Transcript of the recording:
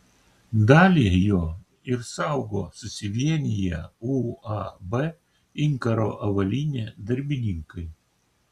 dalį jo ir saugo susivieniję uab inkaro avalynė darbininkai